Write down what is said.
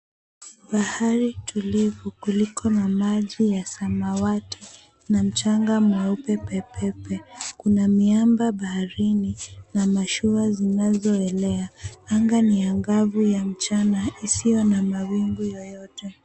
Bahari tulivu , kuliko na maji ya samawati na mchanga mweupe pepepe. Kuna miamba baharini na mashua zinazoelea. Anga ni angavu ya mchana isiyo na mawingu yoyote.